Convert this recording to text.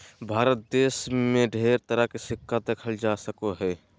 भारत देश मे ढेर तरह के सिक्का देखल जा सको हय